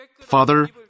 Father